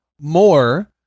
more